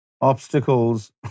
obstacles